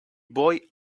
boy